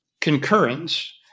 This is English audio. concurrence